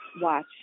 watch